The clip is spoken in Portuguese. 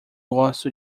gosto